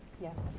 Yes